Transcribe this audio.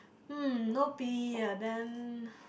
um no p_e ah then